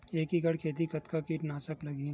एक एकड़ खेती कतका किट नाशक लगही?